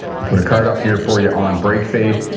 i'll put a card up here for you on brake fade.